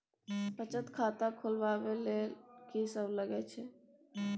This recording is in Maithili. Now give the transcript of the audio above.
बचत खाता खोलवैबे ले ल की सब लगे छै?